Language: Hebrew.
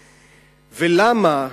ולמה?